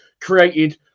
created